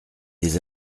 des